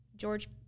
George